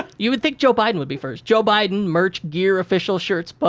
you would think joe biden would be first. joe biden, merch, gear, official shirts, but